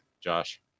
Josh